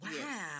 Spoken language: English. Wow